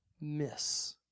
miss